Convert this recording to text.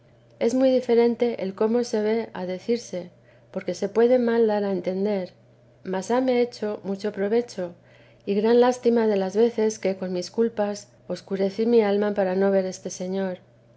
es muy diferente el cómo se ve a decirse porque se puede mal dar a entender mas hame hecho mucho provecho y gran lástima de las veces que con mis culpas escurecí mi alma para no ver este señor